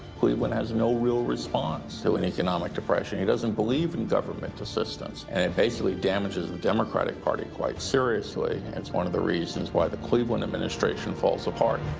cleveland has no real response to an economic depression. he doesn't believe in government assistance. and it basically damages the democratic party quite seriously and it's one of the reasons why the cleveland administration falls apart.